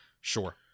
Sure